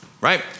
right